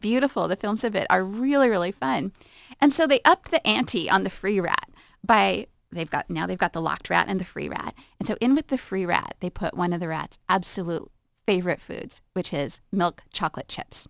beautiful the films of it are really really fun and so they upped the ante on the free rat by they've got now they've got the lock trap and the free rat and so in with the free rat they put one of the rats absolute favorite foods which is milk chocolate chips